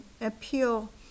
appeal